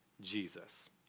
Jesus